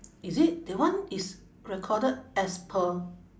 is it that one is recorded as per